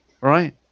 right